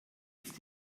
ist